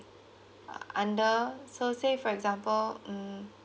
uh under so say for example um